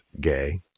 gay